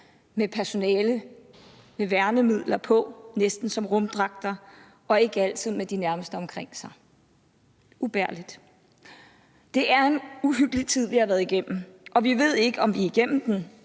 med personale, der havde værnemidler på næsten som rumdragter, og ikke altid med de nærmeste omkring sig. Det var ubærligt. Det er en uhyggelig tid, vi har været igennem, og vi ved ikke, om vi er igennem den,